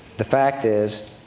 the fact is,